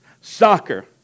Soccer